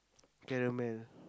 caramel